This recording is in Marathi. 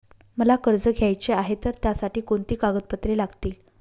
मला कर्ज घ्यायचे आहे तर त्यासाठी कोणती कागदपत्रे लागतील?